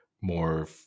more